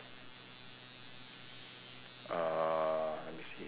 uh let me see